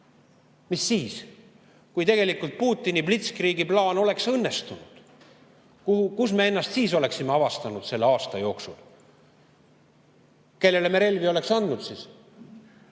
Mis siis, kui tegelikult PutiniBlitzkrieg'i-plaan oleks õnnestunud? Kust me ennast siis oleksime avastanud selle aasta jooksul? Kellele me siis relvi oleks andnud,